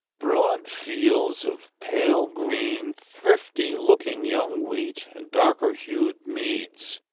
broad fields of pale-green, thrifty-looking young wheat, and darker-hued meads,